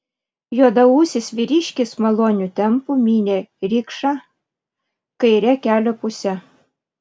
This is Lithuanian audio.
juodaūsis vyriškis maloniu tempu mynė rikšą kaire kelio puse